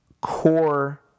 core